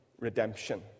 redemption